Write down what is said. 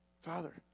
Father